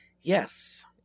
Yes